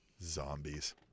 Zombies